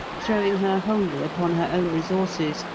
throwing her wholly upon her own resources,